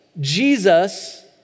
Jesus